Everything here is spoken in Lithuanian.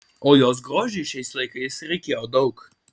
o jos grožiui šiais laikais reikėjo daug